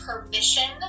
permission